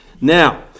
Now